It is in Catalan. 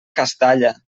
castalla